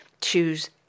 choose